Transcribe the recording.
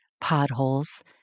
potholes